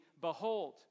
behold